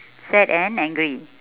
sad and angry